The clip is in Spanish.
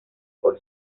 por